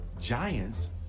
Giants